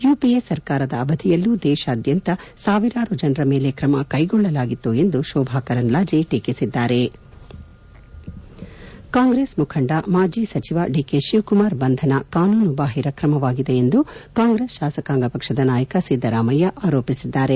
UPA ಸರ್ಕಾರದ ಅವಧಿಯಲ್ಲೂ ದೇಶಾದ್ಯಂತ ಸಾವಿರಾರು ಜನರ ಮೇಲೆ ಕ್ರಮ ಕೈಗೊಳ್ಳಲಾಗಿತ್ತು ಎಂದು ಶೋಭಾ ಕರಂದ್ಲಾಜೆ ಟೀಕಿಸಿದ್ದಾರೆ ಕಾಂಗ್ರೆಸ್ ಮುಖಂಡ ಮಾಜಿ ಸಚಿವ ಡಿಕೆ ಶಿವಕುಮಾರ್ ಬಂಧನ ಕಾನೂನು ಬಾಹಿರ ಕ್ರಮವಾಗಿದೆ ಎಂದು ಕಾಂಗ್ರೆಸ್ ಶಾಸಕಾಂಗ ಪಕ್ಷದ ನಾಯಕ ಸಿದ್ದರಾಮಯ್ಯ ಆರೋಪಿಸಿದ್ದಾರೆ